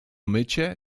mycie